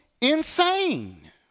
insane